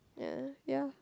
yeah yeah